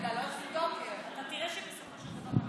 אתה תראה שבסופו של דבר,